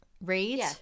read